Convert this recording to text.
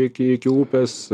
iki iki upės